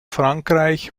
frankreich